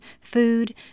food